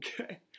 Okay